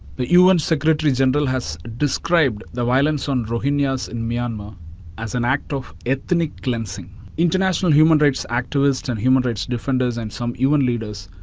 but un secretary general has described the violence on rohingyas in myanmar as an act of ethnic cleansing. the international human rights activists and human rights defenders and some un leaders,